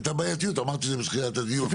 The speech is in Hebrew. הבעייתיות, אמרתי את זה בתחילת הדיון.